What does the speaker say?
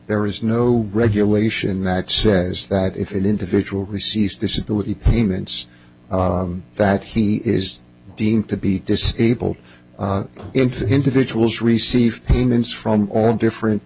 there is no regulation that says that if an individual receives disability payments that he is deemed to be disabled into that individual's receive payments from all different